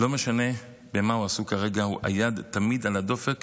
לא משנה במה הוא עסוק כרגע, היד תמיד על הדופק